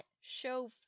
show